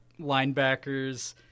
linebackers